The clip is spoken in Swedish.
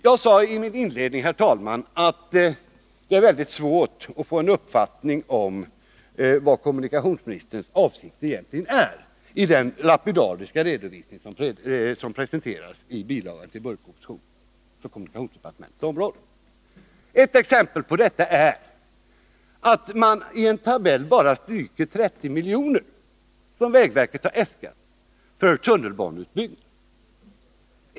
Jag sade inledningsvis att det är svårt att få en uppfattning om vilken kommunikationsministerns avsikt egentligen är med den lapidariska redovisning som presenterats i kommunikationsdepartementets bilaga till budgetpropositionen. Ett exempel på detta är att man i en tabell bara stryker 30 milj.kr. som vägverket äskat för tunnelbaneutbyggnad.